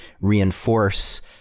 reinforce